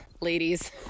ladies